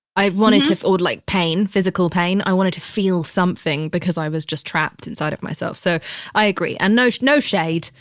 i've wanted to feel like pain, physical pain. i wanted to feel something because i was just trapped inside of myself. so i agree. and no, no shade.